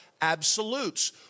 absolutes